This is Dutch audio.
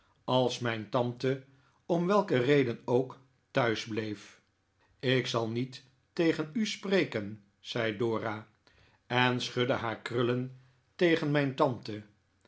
als mijn tante om welke reden ook thuis bleef ik zal niet tegen u spreken zei dora en schudde haar krullen tegen mijn tante